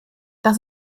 das